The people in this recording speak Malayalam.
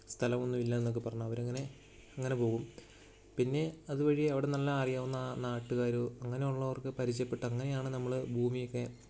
സ്ഥലമൊന്നുമില്ല എന്നൊക്കെ പറഞ്ഞവരങ്ങനെ അങ്ങനെ പോകും പിന്നെ അതുവഴി അവിടെനിന്നെല്ലാം അറിയാവുന്ന നാട്ടുകാർ അങ്ങനെയുള്ളവർക്ക് പരിചയപെട്ട് അങ്ങനെയാണ് നമ്മൾ ഭൂമിയൊക്കെ